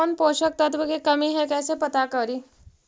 कौन पोषक तत्ब के कमी है कैसे पता करि?